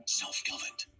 self-governed